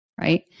right